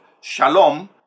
Shalom